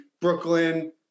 Brooklyn